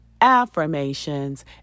affirmations